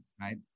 right